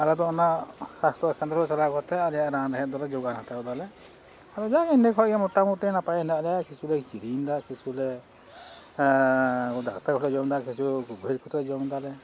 ᱟᱞᱮᱫᱚ ᱚᱱᱟ ᱥᱟᱥᱛᱷᱚ ᱠᱮᱱᱫᱨᱚ ᱪᱟᱞᱟᱣ ᱠᱟᱛᱮᱫ ᱟᱞᱮᱭᱟᱜ ᱨᱟᱱ ᱨᱮᱦᱮᱫ ᱫᱚᱞᱮ ᱡᱳᱜᱟᱲ ᱦᱟᱛᱟᱣ ᱫᱟᱞᱮ ᱟᱫᱚ ᱮᱸᱰᱮ ᱠᱷᱚᱡᱜᱮ ᱢᱚᱴᱟᱢᱩᱴᱤ ᱱᱟᱯᱟᱭ ᱦᱮᱱᱟᱜ ᱞᱮᱭᱟ ᱠᱤᱪᱷᱩᱞᱮ ᱠᱤᱨᱤᱧ ᱫᱟ ᱠᱤᱪᱷᱩᱞᱮ ᱩᱰᱷᱟᱹᱨ ᱛᱮᱦᱚᱞᱮ ᱡᱚᱢᱫᱟ ᱠᱤᱪᱷᱩ ᱜᱩᱵᱟᱹᱡ ᱠᱟᱛᱮᱫ ᱡᱚᱢ ᱫᱟᱞᱮ